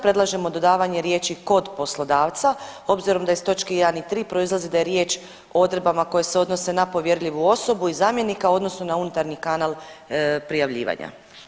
Predlažemo dodavanje riječi: „kod poslodavca“ obzirom da iz točke 1. i 3. proizlazi da je riječ o odredbama koje se odnose na povjerljivu osobu i zamjenika u odnosu na unutarnji kanal prijavljivanja.